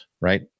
right